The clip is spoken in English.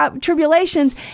tribulations